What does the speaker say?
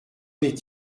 est